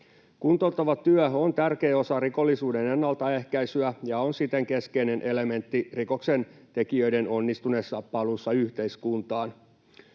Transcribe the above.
Kuntouttava työ on tärkeä osa rikollisuuden ennalta ehkäisyä ja siten keskeinen elementti rikoksentekijöiden onnistuneessa paluussa yhteiskuntaan.